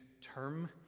term